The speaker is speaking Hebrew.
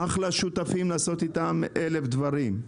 אחלה שותפים לעשות איתם אלף דברים.